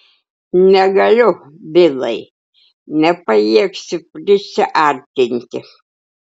negaliu bilai nepajėgsiu prisiartinti